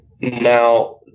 Now